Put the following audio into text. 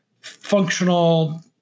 functional